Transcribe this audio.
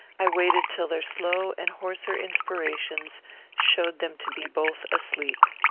i waited till their slow and hoarser inspirations showed them to be both asleep.